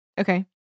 Okay